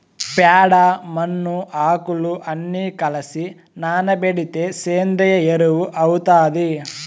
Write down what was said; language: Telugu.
ప్యాడ, మన్ను, ఆకులు అన్ని కలసి నానబెడితే సేంద్రియ ఎరువు అవుతాది